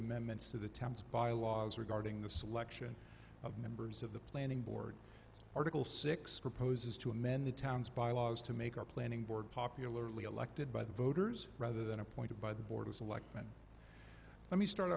thames bylaws regarding the selection of members of the planning board article six proposes to amend the town's bylaws to make our planning board popularly elected by the voters rather than appointed by the board of selectmen let me start